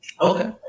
Okay